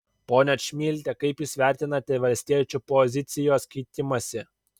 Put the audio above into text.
ponia čmilyte kaip jūs vertinate valstiečių pozicijos keitimąsi